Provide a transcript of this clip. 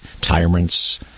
tyrants